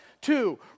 Two